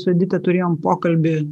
su edita turėjom pokalbį